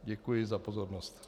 Děkuji za pozornost.